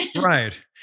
Right